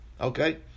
Okay